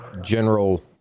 general